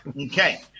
Okay